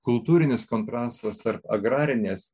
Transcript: kultūrinis kontrastas tarp agrarinės